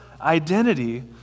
identity